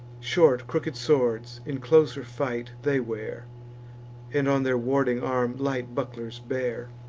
short crooked swords in closer fight they wear and on their warding arm light bucklers bear.